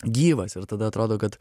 gyvas ir tada atrodo kad